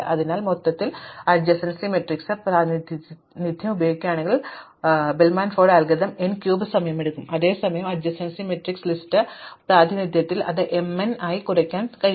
അതിനാൽ മൊത്തത്തിൽ adjacency matrix പ്രാതിനിധ്യം ഉപയോഗിക്കുകയാണെങ്കിൽ ഫോർഡ് അൽഗോരിതം n ക്യൂബ് സമയമെടുക്കും അതേസമയം സമീപസ്ഥല ലിസ്റ്റ് പ്രാതിനിധ്യത്തിൽ നമുക്ക് അത് m n ആയി കുറയ്ക്കാൻ കഴിയും